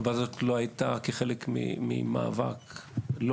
בסוף הוועדה הזאת הייתה כחלק ממאבק לא